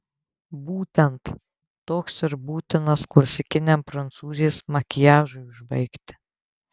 būtent toks ir būtinas klasikiniam prancūzės makiažui užbaigti